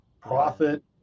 profit